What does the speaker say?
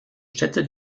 städte